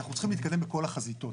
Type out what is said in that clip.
אנחנו צריכים להתקדם בכל החזיתות.